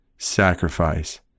sacrifice